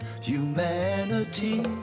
Humanity